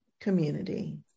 community